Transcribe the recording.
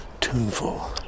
tuneful